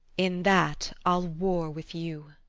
in that i'll war with you.